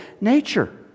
nature